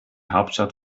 hauptstadt